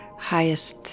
highest